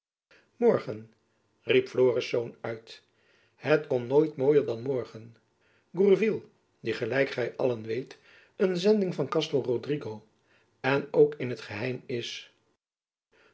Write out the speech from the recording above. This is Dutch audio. morgen riep florisz uit het kon nooit mooier dan morgen gourville die gelijk gy allen weet jacob van lennep elizabeth musch een zendeling van castel rodrigo en ook in t geheim is